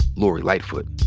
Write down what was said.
lori lightfoot.